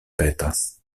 petas